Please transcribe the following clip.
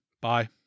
Bye